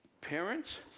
Parents